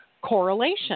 correlation